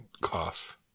cough